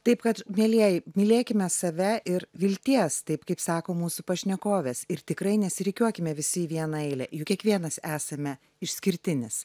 taip kad mielieji mylėkime save ir vilties taip kaip sako mūsų pašnekovės ir tikrai nesirikiuokime visi į vieną eilę juk kiekvienas esame išskirtinis